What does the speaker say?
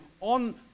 on